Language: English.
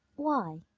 why?